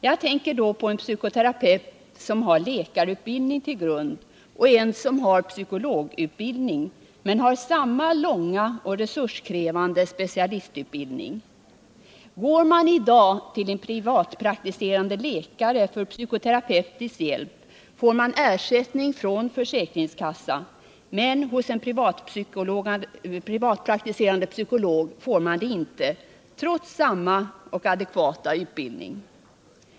Jag tänker då t.ex. på en psykoterapeut som har läkarutbildning till grund och en som har psykologutbildning till grund, men som har samma långa och resurskrävande specialistutbildning. Om man i dag går till en privatpraktiserande läkare för psykoterapeutisk hjälp får man ersättning från försäkringskassan, men hos en privatpraktiserande psykolog får man det inte, trots samma adekvata utbildning.